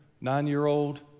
nine-year-old